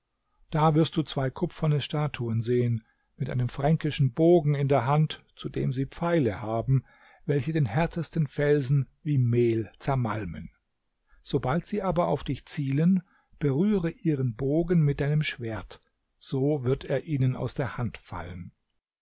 da wirst du zwei kupferne statuen sehen mit einem fränkischen bogen in der hand zu dem sie pfeile haben welche den härtesten felsen wie mehl zermalmen sobald sie aber auf dich zielen berühre ihren bogen mit deinem schwert so wird er ihnen aus der hand fallen